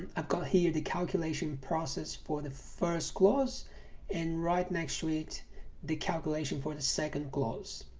i've got here the calculation process for the first clause and right next to it the calculation for the second clause